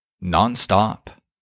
non-stop